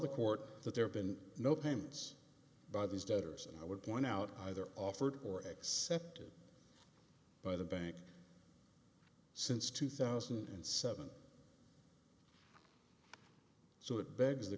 the court that there have been no payments by these debtors and i would point out either offered or accepted by the bank since two thousand and seven